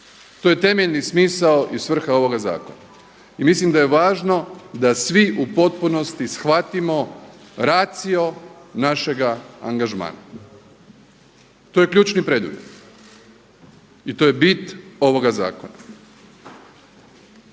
To je temeljni smisao i svrha ovog zakona. I mislim da je važno da svi u potpunosti shvatimo ratio našega angažmana. To je ključni preduvjet i to je bit ovoga zakona.